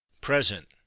Present